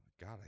God